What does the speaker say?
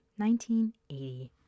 1980